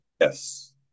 Yes